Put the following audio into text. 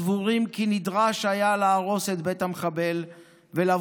סבורה כי נדרש היה להרוס את בית המחבל ולבוא